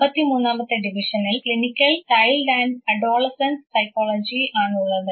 അമ്പത്തി മൂന്നാമത്തെ ഡിവിഷനിൽ clinical child and adolescence psychology ആണുള്ളത്